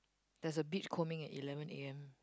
there's a big coaming at eleven a_m